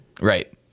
Right